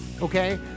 Okay